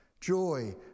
joy